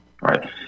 right